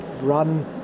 run